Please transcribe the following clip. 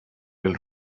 will